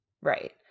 Right